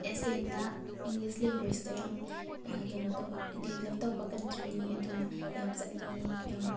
ꯑꯦꯁꯦꯟꯗ English ꯂꯦꯡꯒꯣꯖꯇ ꯌꯥꯝ ꯀꯩꯅꯣ ꯇꯧꯕ ꯗꯤꯕꯂꯞ ꯇꯧꯕ ꯀꯟꯇ꯭ꯔꯤꯅꯤ ꯑꯗꯨꯅ ꯌꯥꯝ ꯆꯠꯅꯤꯡꯉꯤ ꯌꯥꯝ